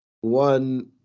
one